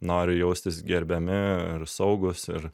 nori jaustis gerbiami ir saugūs ir